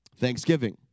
Thanksgiving